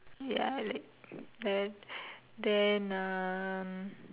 ya like then then uh